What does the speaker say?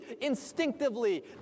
instinctively